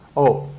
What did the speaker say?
oh,